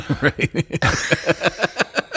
right